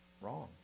Wrong